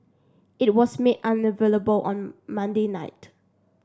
it was made unavailable on Monday night